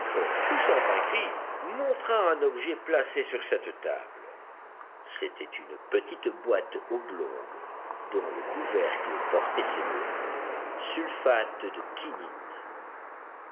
poussant un cri montra un objet placé sur cette table c'était une petite boîte oblongue dont le couvercle portait ces mots sulfate de